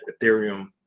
ethereum